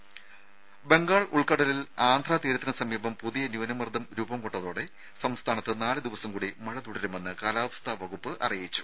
ദേദ ബംഗാൾ ഉൾക്കടലിൽ ആന്ധ്ര തീരത്തിന് സമീപം പുതിയ ന്യൂനമർദം രൂപം കൊണ്ടതോടെ സംസ്ഥാനത്ത് നാല് ദിവസം കൂടി മഴ തുടരുമെന്ന് കാലാവസ്ഥാ വകുപ്പ് അറിയിച്ചു